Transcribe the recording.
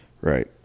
Right